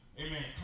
amen